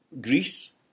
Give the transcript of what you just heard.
Greece